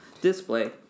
display